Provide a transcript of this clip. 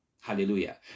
Hallelujah